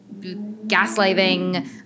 gaslighting